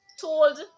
Told